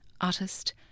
Artist